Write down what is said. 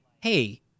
hey